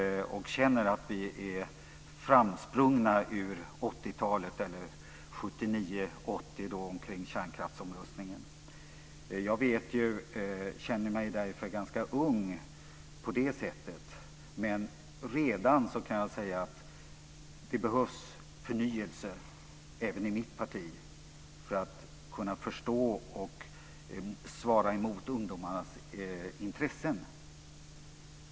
Jag känner att vi är framsprungna ur 1979-1980, dvs. åren kring kärnkraftsomröstningen. Jag känner mig därför ganska ung på det sättet, men jag kan redan säga att det behövs förnyelse även i mitt parti för att kunna förstå och svara mot ungdomarnas intressen.